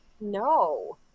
no